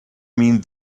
mean